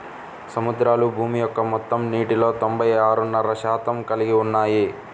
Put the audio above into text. సముద్రాలు భూమి యొక్క మొత్తం నీటిలో తొంభై ఆరున్నర శాతం కలిగి ఉన్నాయి